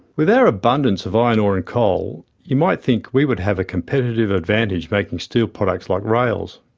with our abundance of iron ore and coal, you might think we would have a competitive advantage making steel products like rails.